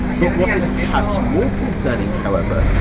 but what is perhaps more concerning, however,